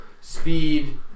speed